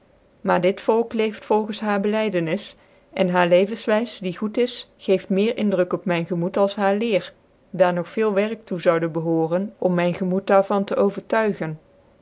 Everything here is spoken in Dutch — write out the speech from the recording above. maar dit volk leefe volgens haar belydenis en haar levensvys die goed is geeft meer indruk op myn gemoed als haar leer daar nog veel werk toe zoude behooren om myn gemoed daar van tc overtuigen